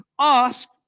Ask